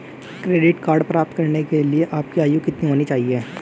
Credit card प्राप्त करने के लिए आपकी आयु कितनी होनी चाहिए?